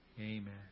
Amen